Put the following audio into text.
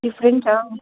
different छ